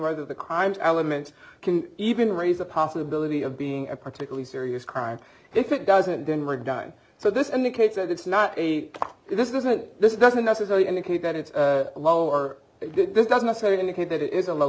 whether the crime element can even raise the possibility of being a particularly serious crime if it doesn't then we're done so this indicates that it's not a this doesn't this doesn't necessarily indicate that it's a low or this does not set indicate that it is a low